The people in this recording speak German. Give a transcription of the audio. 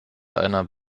einer